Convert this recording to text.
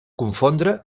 confondre